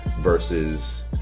versus